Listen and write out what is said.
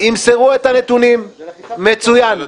ימסרו את הנתונים, מצוין,